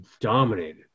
dominated